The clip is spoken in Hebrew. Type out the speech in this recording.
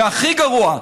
והכי גרוע,